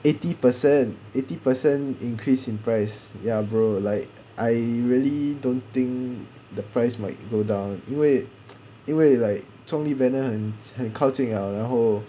eighty percent eighty percent increase in price ya bro like I really don't think the price might go down 因为 因为 like 中立 banner 很靠近了然后